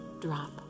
drop